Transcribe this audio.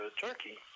turkey